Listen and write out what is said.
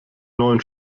neuen